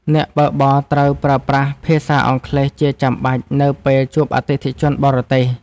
អ្នកបើកបរត្រូវប្រើប្រាស់ភាសាអង់គ្លេសជាចាំបាច់ នៅពេលជួបអតិថិជនបរទេស។